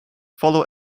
follow